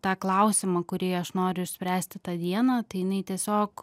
tą klausimą kurį aš noriu išspręsti tą dieną tai jinai tiesiog